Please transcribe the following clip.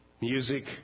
music